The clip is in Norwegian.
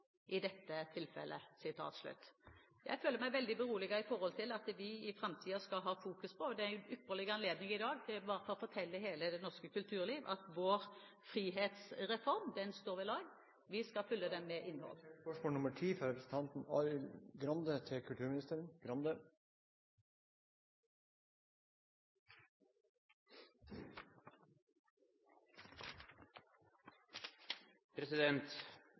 i dette tilfellet.» Jeg føler meg veldig beroliget med tanke på hva vi i framtiden skal ha fokus på, og det er en ypperlig anledning i dag til i hvert fall å fortelle hele det norske kulturlivet at vår frihetsreform står ved lag. Vi skal fylle den med